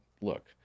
look